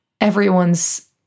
everyone's